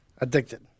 Addicted